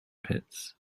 pits